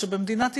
שמדינת ישראל,